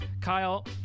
Kyle